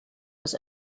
was